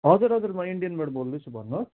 हजुर हजुर म इन्डेनबाट बोल्दैछु भन्नुहोस्